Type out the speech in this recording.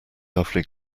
lovely